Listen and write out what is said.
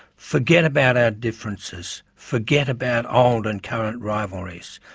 forget about our differences forget about old and current rivalries.